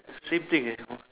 same thing eh hor